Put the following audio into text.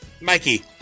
Mikey